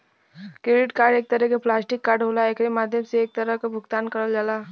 credit card एक तरे क प्लास्टिक कार्ड होला एकरे माध्यम से हर तरह क भुगतान करल जाला